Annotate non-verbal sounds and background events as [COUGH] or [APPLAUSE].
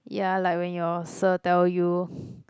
ya like when your sir tell you [BREATH]